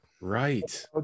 Right